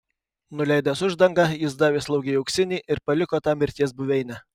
nuleidęs uždangą jis davė slaugei auksinį ir paliko tą mirties buveinę